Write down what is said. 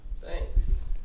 thanks